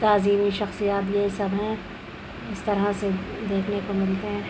تعظیمی شخصیات یہی سب ہیں اس طرح سے دیکھنے کو ملتے ہیں